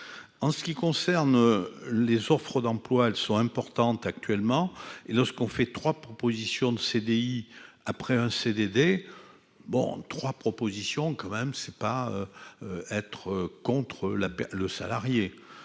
en ce qui concerne les autres. Trop d'emplois, elles sont importantes actuellement et ce qu'on fait 3 propositions de CDI après un CDD bon 3 propositions quand même c'est pas être contre la peine